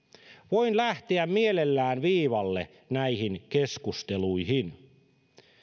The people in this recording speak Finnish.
voin lähteä mielelläni viivalle näihin keskusteluihin